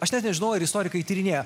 aš net nežinau ar istorikai tyrinėja